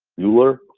mueller?